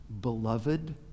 beloved